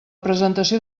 presentació